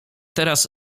teraz